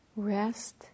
Rest